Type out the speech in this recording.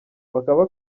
bakaba